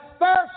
first